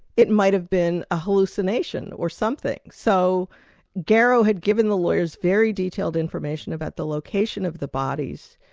it might have been a hallucination or something, so garrow had given the lawyers very detailed information about the location of the bodies,